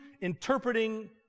interpreting